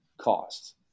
costs